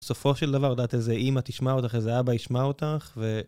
סופו של דבר, יודעת איזה אמא תשמע אותך, איזה אבא ישמע אותך, ו...